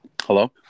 Hello